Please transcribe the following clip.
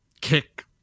kick